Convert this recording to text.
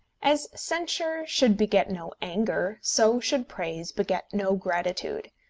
as censure should beget no anger, so should praise beget no gratitude.